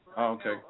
okay